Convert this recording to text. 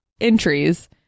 entries